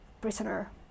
prisoner